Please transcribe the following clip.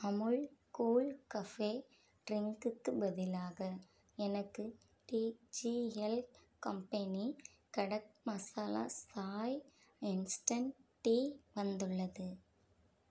Amul cool cafe ட்ரிங்க்குக்கு பதிலாக எனக்கு TGL company kadak masala chai instant tea வந்துள்ளது